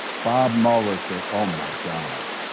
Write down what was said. bob mueller said, oh my god,